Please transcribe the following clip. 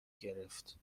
گرفت